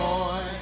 Boy